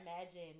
imagine